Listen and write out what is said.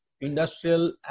industrial